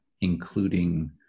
including